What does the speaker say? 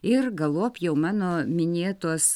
ir galop jau mano minėtos